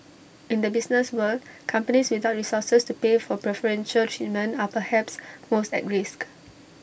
in the business world companies without resources to pay for preferential treatment are perhaps most at risk